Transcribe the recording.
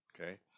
Okay